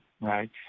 Right